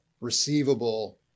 Receivable